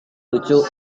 lucu